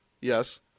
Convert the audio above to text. Yes